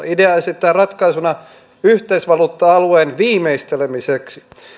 ideaa esitetään ratkaisuna yhteisvaluutta alueen viimeistelemiseen